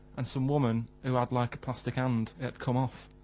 and some woman, who had like a plastic hand, had come off.